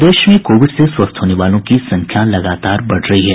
प्रदेश में कोविड से स्वस्थ होने वालों की संख्या लगातार बढ़ रही है